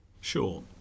Sure